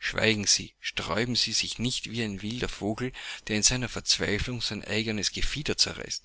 schweigen sie sträuben sie sich nicht wie ein wilder vogel der in seiner verzweiflung sein eigenes gefieder zerreißt